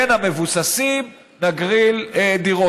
בין המבוססים נגריל דירות.